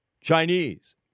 Chinese